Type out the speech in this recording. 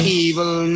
evil